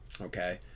Okay